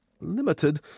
Limited